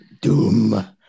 doom